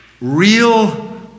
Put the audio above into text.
Real